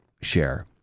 share